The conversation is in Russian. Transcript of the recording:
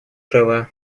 права